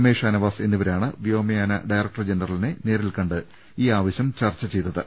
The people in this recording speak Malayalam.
ഐ ഷാന വാസ് എന്നിവരാണ് വ്യോമയാന ഡയറക്ടർ ജനറലിനെ നേരിൽ കണ്ട് ഈ ആവശ്യം ചർച്ച ചെയ്തത്